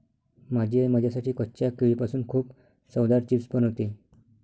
माझी आई माझ्यासाठी कच्च्या केळीपासून खूप चवदार चिप्स बनवते